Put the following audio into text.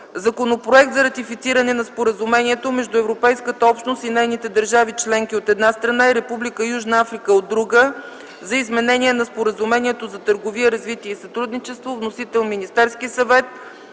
Законопроект за ратифициране на Споразумението между Европейската общност и нейните държави членки, от една страна, и Република Южна Африка, от друга страна, за изменение на Споразумението за търговия, развитие и сътрудничество. Вносител е Министерският съвет.